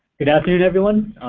good afternoon, everyone.